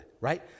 right